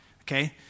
Okay